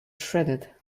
shredded